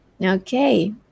Okay